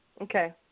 Okay